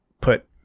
put